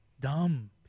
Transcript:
dumb